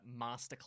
Masterclass